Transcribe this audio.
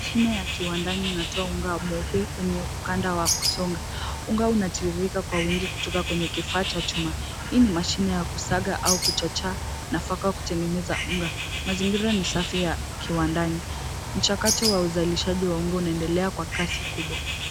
Mashine ya kiwandani inatoa unga mweupe kwenye ukanda wa kusonga. Unga unatiririka kwa wingi kutoka kwenye kifaa cha unga. Hii ni mashine ya kusaga au kuchachaa nafaka kutengeneza unga. azingira ni safi ya kiwandani. Mchakato wa uzalishaji wa unga unaendelea kwa kasi kubwa.